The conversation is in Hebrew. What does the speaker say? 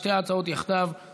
לא צריך פרוטוקולים,